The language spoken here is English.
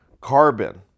Carbon